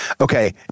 Okay